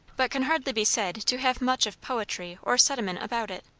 but can hardly be said to have much of poetry or sentiment about it.